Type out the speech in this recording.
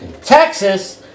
Texas